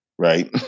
Right